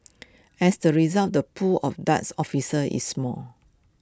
as A result the pool of Darts officers is small